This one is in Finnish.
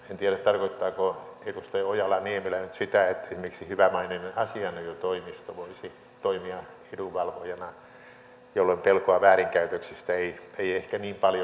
en tiedä tarkoittaako edustaja ojala niemelä nyt sitä että esimerkiksi hyvämaineinen asianajotoimisto voisi toimia edunvalvojana jolloin pelkoa väärinkäytöksistä ei ehkä niin paljon olisi